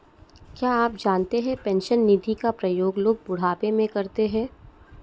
क्या आप जानते है पेंशन निधि का प्रयोग लोग बुढ़ापे में करते है?